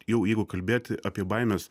jau jeigu kalbėti apie baimes